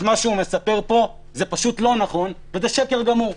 מה שהוא מספר פה זה פשוט לא נכון, וזה שקר גמור.